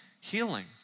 healing